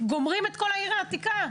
גומרים את כל העיר העתיקה.